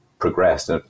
progressed